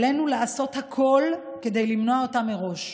עלינו לעשות הכול כדי למנוע אותו מראש.